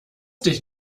dich